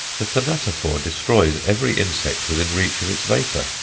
the thanatophore destroys every insect within reach of its vapour,